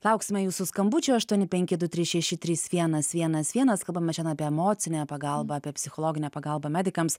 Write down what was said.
lauksime jūsų skambučio aštuoni penki du trys šeši trys vienas vienas vienas kalbame šian apie emocinę pagalbą apie psichologinę pagalbą medikams